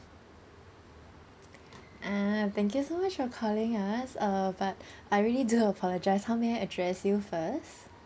ah thank you so much for calling us uh but I really do apologise how may I address you first